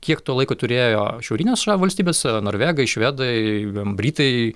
kiek to laiko turėjo šiaurinės valstybės norvegai švedai britai